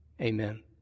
amen